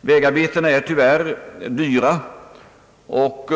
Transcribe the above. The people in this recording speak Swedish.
Vägarbetena är tyvärr dyra och